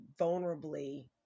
vulnerably